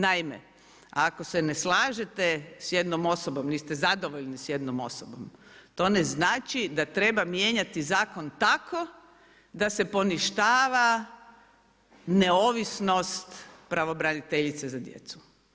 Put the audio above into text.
Naime, ako se ne slažete s jednom osobom, niste zadovoljni s jednom osobom, to ne znači da treba mijenjati zakon tako da se poništava neovisnost pravobraniteljice za djecu.